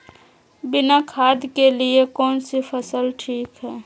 बिना खाद के लिए कौन सी फसल ठीक है?